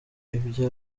ibya